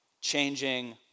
changing